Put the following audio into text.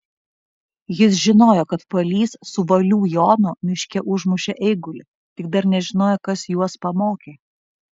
jis žinojo kad palys su valių jonu miške užmušė eigulį tik dar nežinojo kas juos pamokė